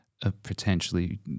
potentially